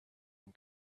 him